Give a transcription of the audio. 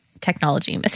technology